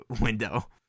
window